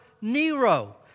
Nero